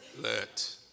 let